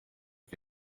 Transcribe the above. isi